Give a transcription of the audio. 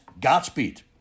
Godspeed